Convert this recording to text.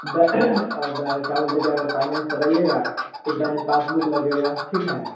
वह वह क्या बोलते है कि अगर फाइनेंस कराईएगा तो बैंक पासबुक लगेगा ठीक है